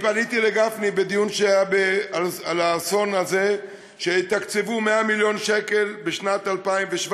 פניתי לגפני בדיון שהיה על האסון הזה שיתקצבו 100 מיליון שקל בשנת 2017,